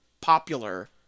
popular